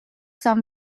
some